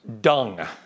Dung